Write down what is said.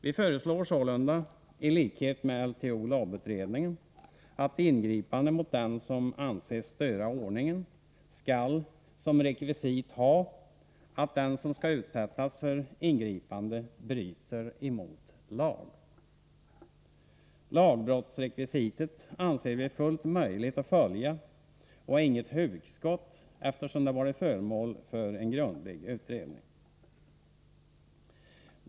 Vi föreslår sålunda, i likhet med LTO/LOB-utredningen, att ingripande mot den som anses störa ordningen skall som rekvisit ha att den som skall utsättas för ingripande bryter mot lag. Lagbrottsrekvisitet anser vi fullt möjligt att följa och är inget hugskott, eftersom det varit föremål för grundlig utredning.